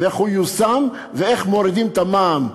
איך הוא ייושם ואיך מורידים את המע"מ.